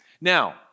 Now